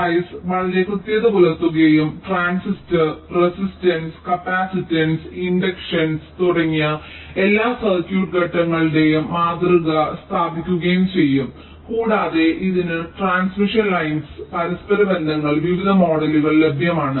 spice വളരെ കൃത്യത പുലർത്തുകയും ട്രാൻസിസ്റ്റർ റെസിസ്റ്റൻസ് കപ്പാസിറ്റൻസ് ഇൻഡക്ടൻസ് തുടങ്ങിയ എല്ലാ സർക്യൂട്ട് ഘടകങ്ങളുടെയും മാതൃക സ്ഥാപിക്കുകയും ചെയ്യും കൂടാതെ ഇതിന് ട്രാൻസ്മിഷൻ ലൈനുകൾ പരസ്പരബന്ധങ്ങൾ വിവിധ മോഡലുകൾ ലഭ്യമാണ്